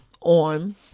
on